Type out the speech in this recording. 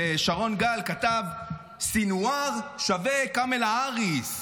שרון גל כתב: סנוואר שווה קמלה האריס.